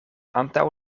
antaŭ